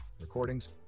recordings